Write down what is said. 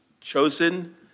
chosen